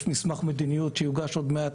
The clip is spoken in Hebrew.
יש מסמך מדיניות שיוגש עוד מעט,